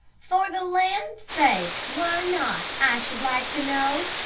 for the land's sake, why not, i should like to know?